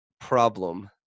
problem